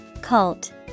Cult